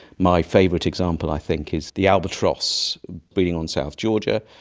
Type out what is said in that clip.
my favourite example i think is the albatross, being on south georgia,